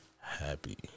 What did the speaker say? happy